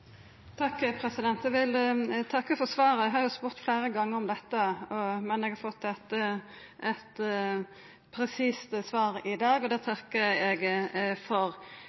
Eg vil takka for svaret. Eg har spurt fleire gonger om dette, i dag har eg fått eit presist svar, og det takkar eg for.